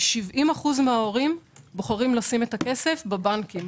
70% מן ההורים שם בוחרים לשים את הכסף בבנקים,